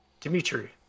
Dimitri